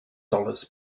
dollars